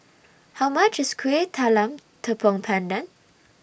How much IS Kuih Talam Tepong Pandan